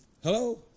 Hello